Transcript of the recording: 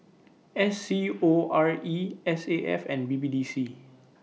S C O R E S A F and B B D C